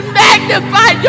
magnify